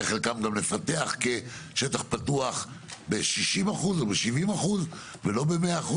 ואת חלקם גם לפתח כשטח פתוח ב-60% או ב-70% ולא ב-100%,